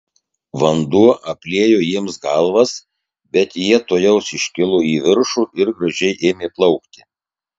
vanduo apliejo jiems galvas bet jie tuojau iškilo į viršų ir gražiai ėmė plaukti